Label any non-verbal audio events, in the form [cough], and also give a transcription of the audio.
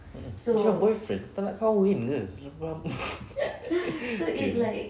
mm mm tell your boyfriend tak nak kahwin ke [laughs] okay